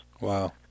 Wow